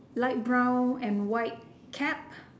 light brown and white cap